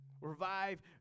Revive